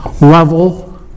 level